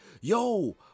Yo